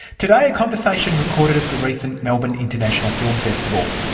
today a conversation recorded at the recent melbourne international film festival.